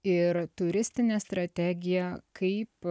ir turistinę strategiją kaip